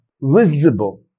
Visible